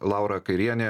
laura kairienė